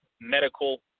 medical